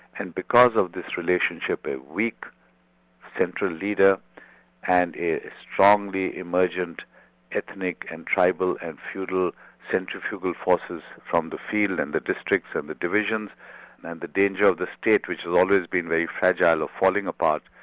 and because of this relationship, a weak central leader and a strongly emergent ethnic and tribal and feudal centrifugal forces from the field, and the districts and the divisions and the danger of the state which had always been very fragile or falling apart,